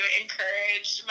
encourage